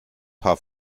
paar